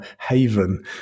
haven